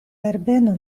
herbeno